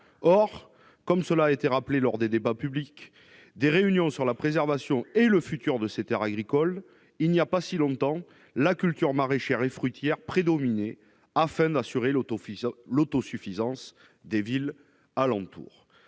Or, comme il a été rappelé lors des débats publics et réunions sur la préservation et l'avenir de ces terres agricoles, il n'y a pas si longtemps que la culture maraîchère et fruitière prédominait encore, assurant l'autosuffisance des villes alentours.